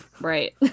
Right